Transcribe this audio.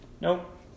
Nope